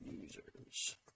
users